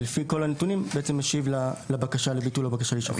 ולפי כל הנתונים משיב לבקשה להישפט.